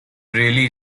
really